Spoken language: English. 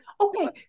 Okay